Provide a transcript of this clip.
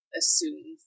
assume